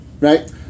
Right